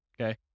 okay